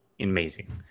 amazing